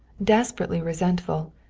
desperately resentful.